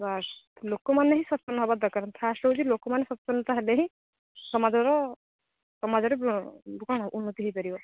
ଲୋକମାନେ ହିଁ ସଚେତନ ହେବା ଦରକାର ଫାଷ୍ଟ ହେଉଛି ଲୋକମାନେ ସଚେତନ ହେଲେ ହିଁ ସମାଜର ସମାଜରେ କ'ଣ ଉନ୍ନତି ହେଇପାରିବ